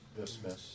dismiss